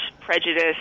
prejudice